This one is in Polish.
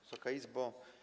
Wysoka Izbo!